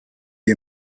you